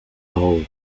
hole